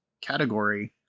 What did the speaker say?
category